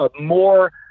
more